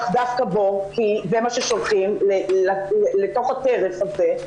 דווקא בו כי זה מה ששולחים לתוך הטרף הזה,